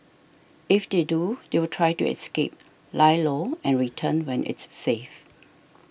if they do they will try to escape lie low and return when it's safe